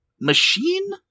machine